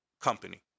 Company